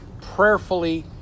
prayerfully